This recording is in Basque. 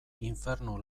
infernu